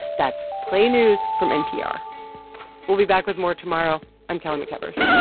that's play news from npr we'll be back with more tomorrow. i'm kelly mcevers